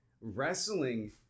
wrestling